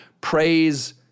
praise